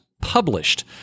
Published